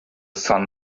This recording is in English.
sun